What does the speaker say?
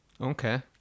Okay